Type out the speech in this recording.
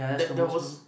there there was